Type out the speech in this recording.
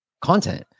content